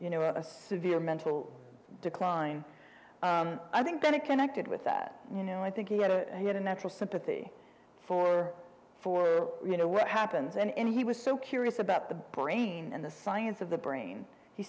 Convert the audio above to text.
you know a severe mental decline i think then it connected with that you know i think he had a he had a natural sympathy for for you know what happens and he was so curious about the brain and the science of the brain he